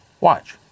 Watch